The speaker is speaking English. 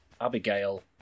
Abigail